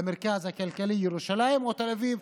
למרכז הכלכלי ירושלים או תל אביב.